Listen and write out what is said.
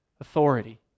authority